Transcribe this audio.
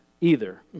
either